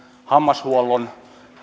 hammashuollon